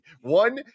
One